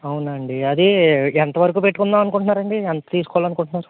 అవునా అండి అదీ ఎంత వరకు పెట్టుకుందాం అనుకుంటున్నారు అండి ఎంత తీసుకోవాలి అనుకుంటున్నారు